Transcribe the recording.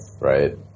right